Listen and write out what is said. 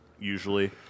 usually